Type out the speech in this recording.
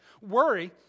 Worry